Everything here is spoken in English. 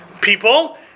people